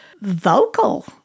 vocal